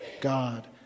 God